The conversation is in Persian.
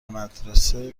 مدرسه